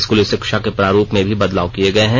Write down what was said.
स्कूली शिक्षा के प्रारूप में भी बदलाव किए गए हैं